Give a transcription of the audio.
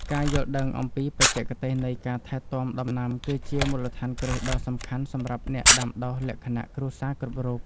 ការយល់ដឹងអំពីបច្ចេកទេសនៃការថែទាំដំណាំគឺជាមូលដ្ឋានគ្រឹះដ៏សំខាន់សម្រាប់អ្នកដាំដុះលក្ខណៈគ្រួសារគ្រប់រូប។